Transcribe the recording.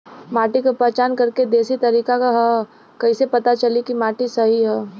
माटी क पहचान करके देशी तरीका का ह कईसे पता चली कि माटी सही ह?